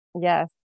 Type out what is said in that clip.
yes